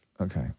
Okay